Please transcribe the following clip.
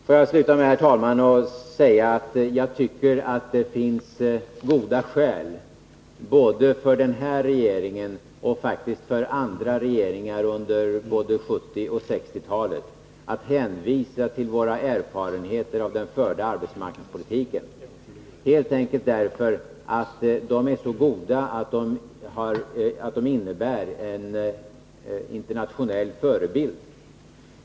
Får jag sluta med, herr talman, att säga att jag tycker att det finns goda skäl både för den här regeringen och faktiskt också för andra regeringar under 1960 och 1970-talen att hänvisa till erfarenheterna av den förda arbetsmarknadspolitiken, helt enkelt därför att de är så goda att de innebär en internationell förebild.